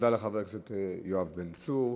תודה לחבר הכנסת יואב בן צור.